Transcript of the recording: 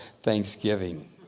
Thanksgiving